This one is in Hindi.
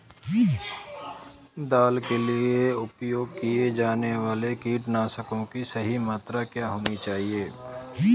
दाल के लिए उपयोग किए जाने वाले कीटनाशकों की सही मात्रा क्या होनी चाहिए?